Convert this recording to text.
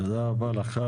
תודה רבה לך,